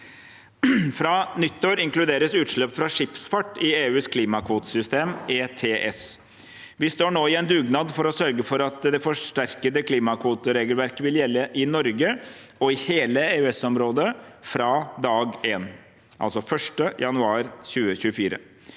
Fra nyttår inkluderes utslipp fra skipsfart i EUs klimakvotesystem, ETS. Vi står nå i en dugnad for å sørge for at det forsterkede klimakvoteregelverket vil gjelde i Norge, og i hele EØS-området, fra dag én – altså 1. januar 2024.